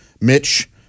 Mitch